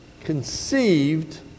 conceived